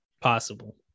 possible